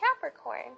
Capricorn